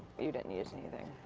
you didn't use anything.